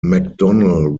mcdonnell